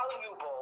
valuable